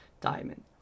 diamond